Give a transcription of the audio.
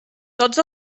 tots